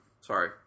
Sorry